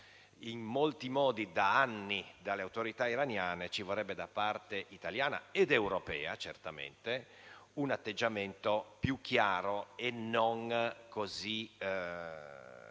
in molti modi, da anni, dalle autorità iraniane, ci vorrebbe, da parte italiana (ed europea, certamente) un atteggiamento più chiaro e non così